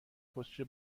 بطری